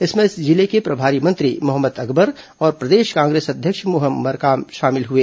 इसमें जिले के प्रभारी मंत्री मोहम्मद अकबर और प्रदेश कांग्रेस अध्यक्ष मोहन मरकाम शामिल हुए